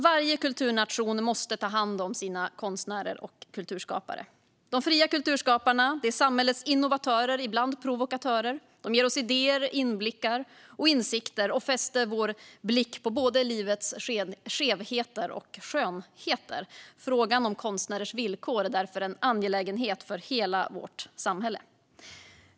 Varje kulturnation måste ta hand om sina konstnärer och kulturskapare. De fria kulturskaparna är samhällets innovatörer och, ibland, provokatörer. De ger oss idéer, inblickar och insikter och fäster vår blick på både livets skevheter och dess skönheter. Frågan om konstnärers villkor är därför en angelägenhet för hela vårt samhälle.